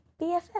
BFF